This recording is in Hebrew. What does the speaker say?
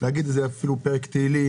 יגיד פרק תהילים,